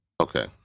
Okay